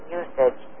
usage